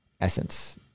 essence